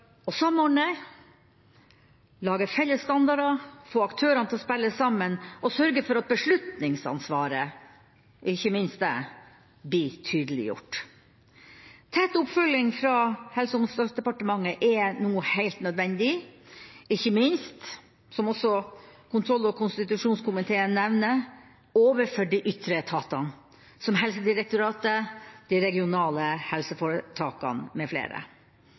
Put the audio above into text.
å samordne, lage felles standarder, få aktørene til å spille sammen, og sørge for at beslutningsansvaret – ikke minst det – blir tydeliggjort. Tett oppfølging fra Helse- og omsorgsdepartementet er nå helt nødvendig, ikke minst – som også kontroll- og konstitusjonskomiteen nevner – overfor de ytre etatene, som Helsedirektoratet, de regionale helseforetakene